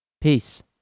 Peace